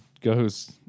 goes